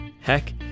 Heck